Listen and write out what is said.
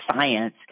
science